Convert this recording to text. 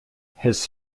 his